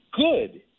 good